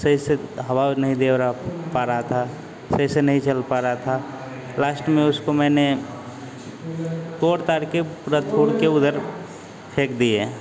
सही से हवा नहीं दे रहा पा रहा था सही से नहीं चल पा रहा था लास्ट में उसको मैंने तोड़ ताड़ कर पूरा खुल कर उधर फेंक दिए